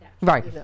Right